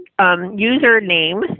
username